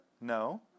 No